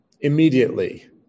Immediately